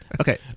Okay